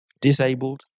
disabled